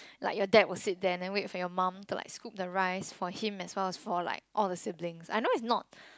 like your dad will sit there and then wait for your mum to like scoop the rice for him as well as for like all the siblings I know it's not